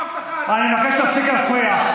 אני מבקש להפסיק להפריע.